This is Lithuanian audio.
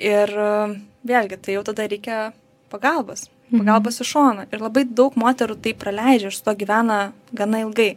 ir vėlgi tai jau tada reikia pagalbos pagalbos iš šono ir labai daug moterų tai praleidžia ir su tuo gyvena gana ilgai